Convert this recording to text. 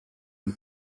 who